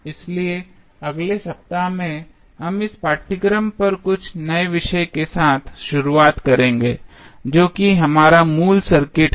इसलिए अगले सप्ताह में हम इस पाठ्यक्रम पर कुछ नए विषय के साथ शुरुआत करेंगे जो कि हमारा मूल इलेक्ट्रिकल सर्किट है